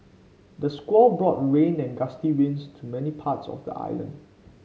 the squall brought rain and gusty winds to many parts of the island